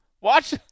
Watch